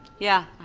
yeah.